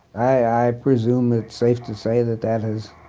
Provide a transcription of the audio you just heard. i presume it's safe to say that that has,